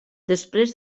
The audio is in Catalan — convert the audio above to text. després